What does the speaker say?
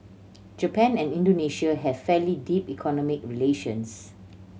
Japan and Indonesia have fairly deep economic relations